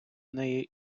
неї